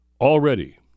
already